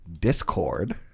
discord